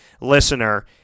listener